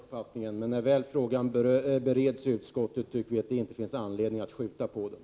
Herr talman! Jag delar den uppfattningen. Men när väl frågan bereds i utskottet tycker vi inte att det finns anledning att skjuta på den.